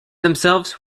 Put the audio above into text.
themselves